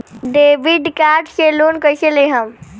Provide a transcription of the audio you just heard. Debit card से loan कईसे लेहम?